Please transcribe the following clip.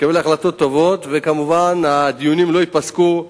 שיקבל החלטות טובות, וכמובן הדיונים לא ייפסקו.